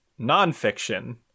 nonfiction